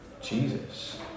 Jesus